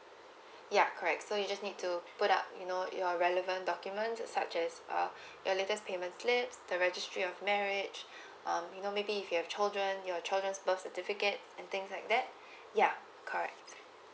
ya correct so you just need to put up you know your relevant documents such as uh your latest payment slips the registry of marriage um you know maybe if you have children your children's birth certificates and things like that ya correct